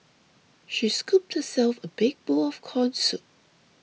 she scooped herself a big bowl of Corn Soup